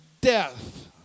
death